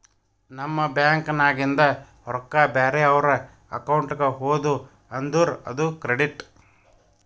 ನಮ್ ಬ್ಯಾಂಕ್ ನಾಗಿಂದ್ ರೊಕ್ಕಾ ಬ್ಯಾರೆ ಅವ್ರ ಅಕೌಂಟ್ಗ ಹೋದು ಅಂದುರ್ ಅದು ಕ್ರೆಡಿಟ್